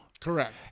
Correct